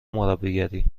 مربیگری